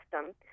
system